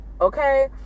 okay